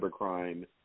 cybercrime